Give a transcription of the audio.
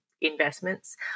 investments